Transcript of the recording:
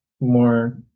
more